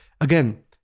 again